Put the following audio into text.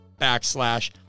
backslash